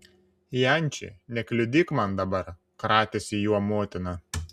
janči nekliudyk man dabar kratėsi juo motina